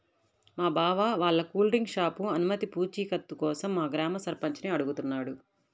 మా బావ వాళ్ళ కూల్ డ్రింక్ షాపు అనుమతి పూచీకత్తు కోసం మా గ్రామ సర్పంచిని అడుగుతున్నాడు